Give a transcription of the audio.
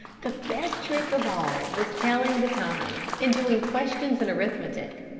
the best trick of all was telling the time and doing questions in arithmetic.